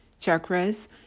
chakras